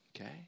Okay